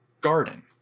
garden